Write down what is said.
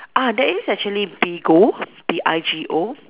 ah there is actually Bigo B I G O